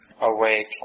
awake